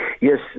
yes